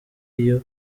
iyo